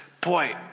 boy